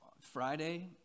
Friday